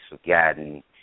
forgotten